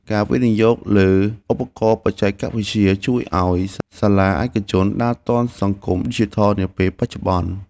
ការវិនិយោគលើឧបករណ៍បច្ចេកវិទ្យាជួយឱ្យសាលាឯកជនដើរទាន់សង្គមឌីជីថលនាពេលបច្ចុប្បន្ន។